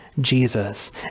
Jesus